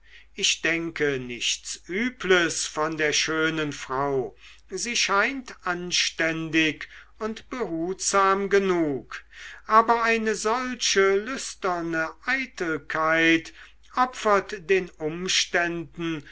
ich denke nichts übles von der schönen frau sie scheint anständig und behutsam genug aber eine solche lüsterne eitelkeit opfert den umständen